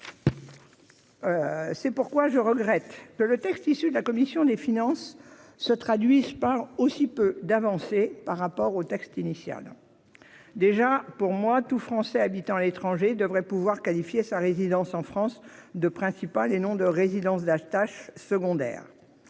fiscalité. Je regrette donc que le texte issu de la commission des finances contienne aussi peu d'avancées par rapport au texte initial. Selon moi, tout Français habitant à l'étranger devrait pouvoir qualifier sa résidence en France de « principale » et non de résidence « d'attache » ou « secondaire